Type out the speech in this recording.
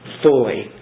fully